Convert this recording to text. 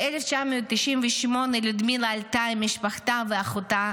ב-1998 לודמילה עלתה עם משפחתה ואחותה